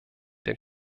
der